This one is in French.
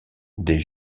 des